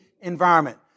environment